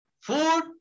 food